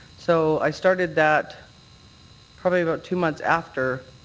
so i started that probably about two months after.